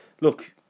look